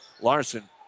Larson